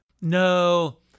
No